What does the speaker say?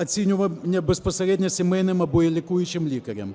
оцінювання безпосередньо сімейним або лікуючим лікарем;